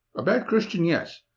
a bad christian, yes,